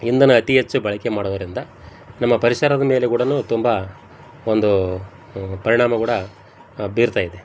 ಇಂಧನ ಅತಿ ಹೆಚ್ಚು ಬಳಕೆ ಮಾಡೋದರಿಂದ ನಮ್ಮ ಪರಿಸರ್ದ ಮೇಲೆ ಕೂಡನು ತುಂಬ ಒಂದು ಪರಿಣಾಮ ಕೂಡ ಬೀರ್ತಾ ಇದೆ